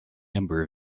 number